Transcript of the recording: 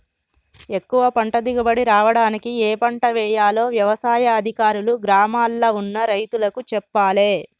ఎక్కువ పంట దిగుబడి రావడానికి ఏ పంట వేయాలో వ్యవసాయ అధికారులు గ్రామాల్ల ఉన్న రైతులకు చెప్పాలే